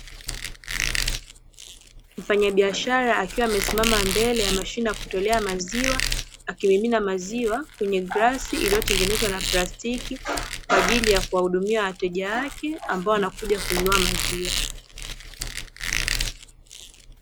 Mfannyabiashara akiwa amesimama mbele ya mashine ya kutolea maziwa, akimimina maziwa kwenye glasi, iliyotengenezwa na plastiki kwa ajili ya kuwahudumia wateja wake ambao wanakuja kununua maziwa.